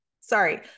Sorry